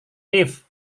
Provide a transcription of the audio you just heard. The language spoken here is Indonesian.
lift